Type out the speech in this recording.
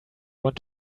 want